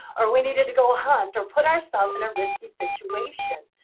or we needed to go hunt, or put ourself in a risky situation.